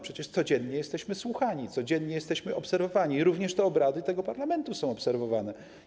Przecież codziennie jesteśmy słuchani, codziennie jesteśmy obserwowani, również obrady tego parlamentu są obserwowane.